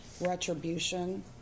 retribution